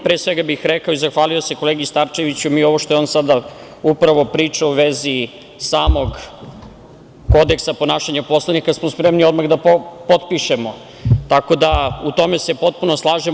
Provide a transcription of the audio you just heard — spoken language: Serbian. Pre svega bih rekao i zahvalio se kolegi Starčeviću, ovo što je on upravo pričao u vezi samog Kodeksa ponašanja poslanika smo spremni odmah da potpišemo, tako da u tome se potpuno slažemo.